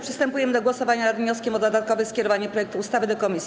Przystępujemy do głosowania nad wnioskiem o dodatkowe skierowanie projektu ustawy do komisji.